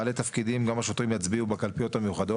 בעיון בחומר הבחירות אחרי הבחירות.